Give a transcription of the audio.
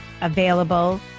available